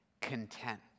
content